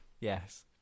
Yes